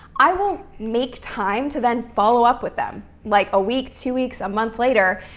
i won't make time to then follow up with them, like a week, two weeks, a month later,